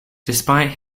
despite